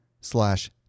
slash